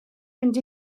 mynd